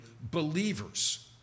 believers